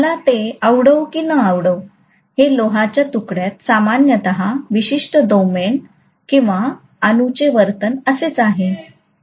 मला ते आवडो कि न आवडो हे लोहाच्या तुकड्यात सामान्यत विशिष्ट डोमेन किंवा अणूचे वर्तन असेच आहे